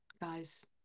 guys